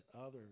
others